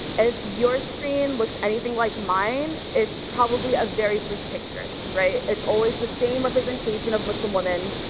if your screen looks anything like mine, it's probably a very bleak picture, right? it's always the same representation of muslim women.